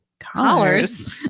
Collars